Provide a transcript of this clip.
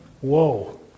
Whoa